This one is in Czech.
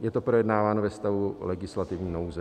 Je to projednáváno ve stavu legislativní nouze.